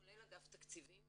כולל אגף תקציבים,